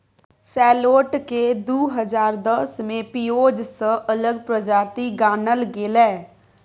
सैलोट केँ दु हजार दस मे पिओज सँ अलग प्रजाति गानल गेलै